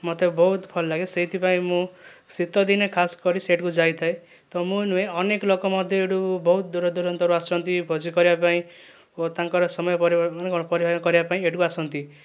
ମୋତେ ବହୁତ ଭଲ ଲାଗେ ସେଇଥିପାଇଁ ମୁଁ ଶୀତଦିନେ ଖାସକରି ସେଇଠିକୁ ଯାଇଥାଏ ତ ମୁଁ ନୁହେଁ ଅନେକ ଲୋକ ମଧ୍ୟ ଏଠୁ ବହୁତ ଦୂରଦୂରାନ୍ତରୁ ଆସୁଛନ୍ତି ଭୋଜି କରିବାପାଇଁ ଓ ତାଙ୍କର ସମୟ ପରିବହନ କରିବାପାଇଁ ଏଇଠିକୁ ଆସନ୍ତି